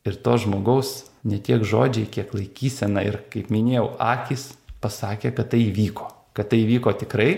ir to žmogaus ne tiek žodžiai kiek laikysena ir kaip minėjau akys pasakė kad tai įvyko kad tai įvyko tikrai